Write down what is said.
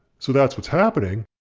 so that's what's happening,